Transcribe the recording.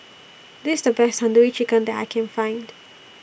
This IS The Best Tandoori Chicken that I Can Find